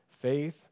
faith